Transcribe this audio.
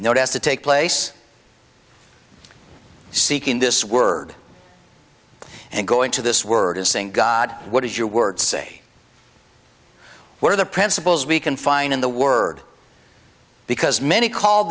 notice to take place seeking this word and go into this word is saying god what is your word say what are the principles we can find in the word because many call